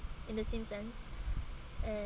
in the same sense and